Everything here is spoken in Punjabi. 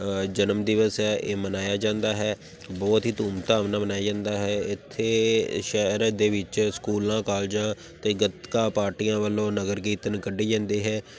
ਜਨਮ ਦਿਵਸ ਹੈ ਇਹ ਮਨਾਇਆ ਜਾਂਦਾ ਹੈ ਬਹੁਤ ਹੀ ਧੂਮ ਧਾਮ ਨਾਲ ਮਨਾਇਆ ਜਾਂਦਾ ਹੈ ਇੱਥੇ ਸ਼ਹਿਰ ਦੇ ਵਿੱਚ ਸਕੂਲਾਂ ਕਾਲਜਾਂ ਅਤੇ ਗਤਕਾ ਪਾਰਟੀਆਂ ਵੱਲੋਂ ਨਗਰ ਕੀਰਤਨ ਕੱਢੇ ਜਾਂਦੇ ਹੈ